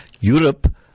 Europe